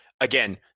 again